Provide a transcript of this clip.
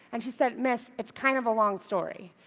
and she said, miss, it's kind of a long story.